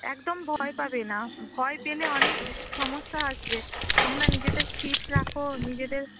একদম ভয় পাবে না ভয় পেলে অনেক সমস্যা আসবে তোমরা নিজেদের ফিট রাখো নিজেদের